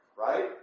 Right